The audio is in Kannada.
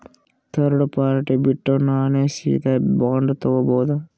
ಥರ್ಡ್ ಪಾರ್ಟಿ ಬಿಟ್ಟು ನಾನೇ ಸೀದಾ ಬಾಂಡ್ ತೋಗೊಭೌದಾ?